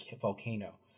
volcano